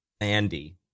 Andy